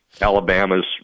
Alabama's